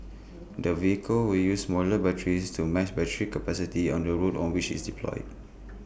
the vehicle will use modular batteries to match battery capacity on the route on which IT is deployed